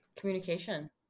communication